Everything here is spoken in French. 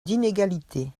d’inégalité